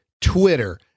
Twitter